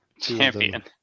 Champion